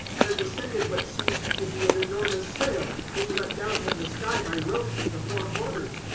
there descended what seemed to be an enormous sail, being let down from the sky by ropes at the four corners,